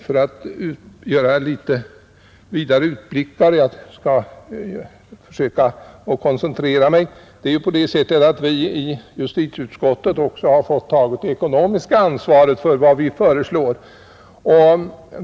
För att sedan göra litet vidare utblickar — jag skall emellertid försöka koncentrera mig — är det ju på det sättet att vi i justitieutskottet också har fått ta det ekonomiska ansvaret för vad vi föreslår.